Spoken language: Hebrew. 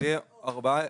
אין לנו בעיה,